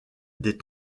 des